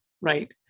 right